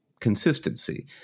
consistency